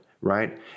Right